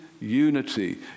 unity